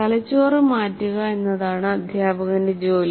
തലച്ചോറ് മാറ്റുക എന്നതാണ് അധ്യാപകന്റെ ജോലി